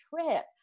trip